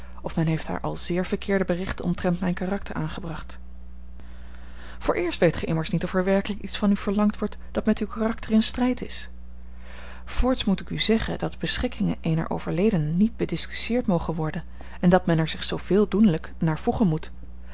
of men heeft haar al zeer verkeerde berichten omtrent mijn karakter aangebracht vooreerst weet gij immers niet of er werkelijk iets van u verlangd wordt dat met uw karakter in strijd is voorts moet ik u zeggen dat de beschikkingen eener overledene niet bediscussiëerd mogen worden en dat men er zich zooveel doenlijk naar voegen moet